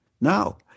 Now